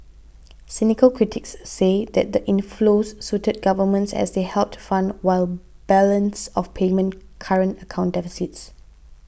cynical critics say that the inflows suited governments as they helped fund wide balance of payment current account deficits